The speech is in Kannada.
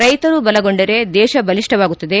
ರೈತರು ಬಲಗೊಂಡರೆ ದೇಶ ಬಲಿಷ್ಠವಾಗುತ್ತದೆ